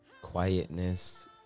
Quietness